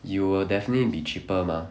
you will definitely be cheaper mah